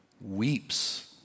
weeps